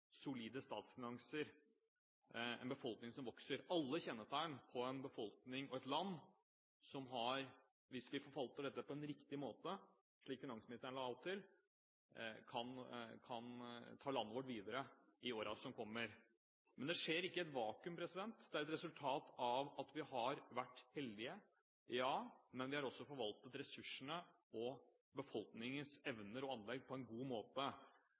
solide statsfinanser, en befolkning som vokser – er kjennetegn som viser at hvis vi forvalter dette på en riktig måte, slik finansministeren legger opp til, kan vi ta landet vårt videre i årene som kommer. Men det skjer ikke i et vakuum; det er et resultat av at vi har vært heldige, ja, men vi har også forvaltet ressursene og befolkningens evner og anlegg på en god måte.